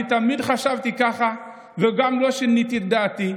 אני תמיד חשבתי ככה ולא שיניתי את דעתי.